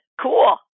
Cool